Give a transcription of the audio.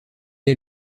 est